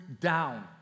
down